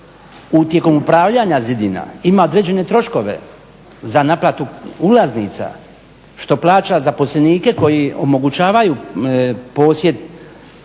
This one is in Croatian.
tijekom upravljanja zidina ima određene troškove za naplatu ulaznica, što plaća zaposlenike koji omogućavaju posjet